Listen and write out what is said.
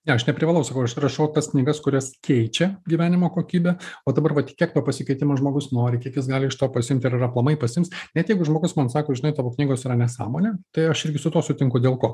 ne aš neprivalau sakau aš rašau tas knygas kurios keičia gyvenimo kokybę o dabar vat kiek to pasikeitimo žmogus nori kiek jis gali iš to pasiimti ir ar aplamai pasiims net jeigu žmogus man sako žinai tavo knygos yra nesąmonė tai aš irgi su tuo sutinku dėl ko